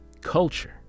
culture